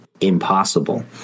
impossible